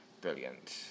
brilliant